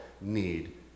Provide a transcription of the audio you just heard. need